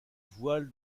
voile